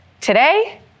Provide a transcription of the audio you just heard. today